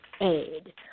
aid